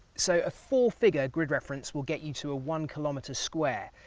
so a four-figure grid reference will get you to a one kilometre square,